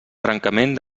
trencament